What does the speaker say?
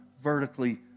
vertically